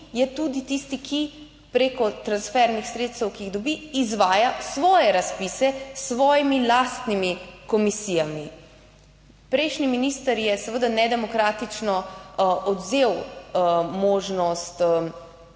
je tudi tisti, ki preko transfernih sredstev, ki jih dobi, izvaja svoje razpise s svojimi lastnimi komisijami. Prejšnji minister je seveda nedemokratično odvzel možnost